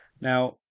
Now